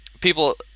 people